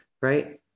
right